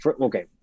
okay